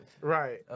Right